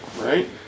Right